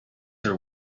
her